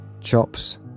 chops